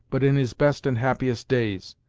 but in his best and happiest days.